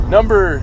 Number